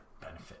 benefit